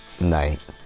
night